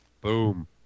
boom